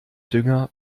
dünger